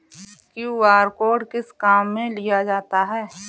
QR code किस किस काम में लिया जाता है?